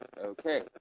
Okay